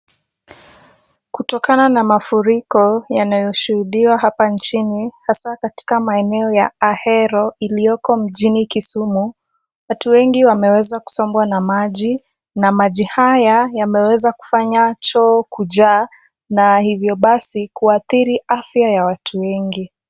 Kutokana na mafuriko yanayoshuhudiwa hapa nchini hasa katika maeneo ya Ahero ilioko mjini Kisumu, watu wengi wameweza kusombwa na maji na maji haya yameweza kufanya choo kujaa na hivyo basi kuathiri afya ya watu wengi.